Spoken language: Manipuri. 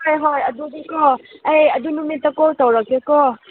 ꯍꯣꯏ ꯍꯣꯏ ꯑꯗꯨꯗꯤꯀꯣ ꯑꯩ ꯑꯗꯨ ꯅꯨꯃꯤꯠꯇꯣ ꯀꯣꯜ ꯇꯧꯔꯛꯀꯦꯀꯣ